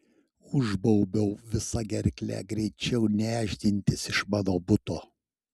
užbaubiau visa gerkle greičiau nešdintis iš mano buto